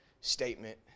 statement